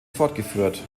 fortgeführt